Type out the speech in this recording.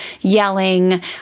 yelling